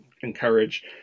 encourage